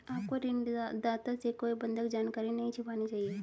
आपको ऋणदाता से कोई बंधक जानकारी नहीं छिपानी चाहिए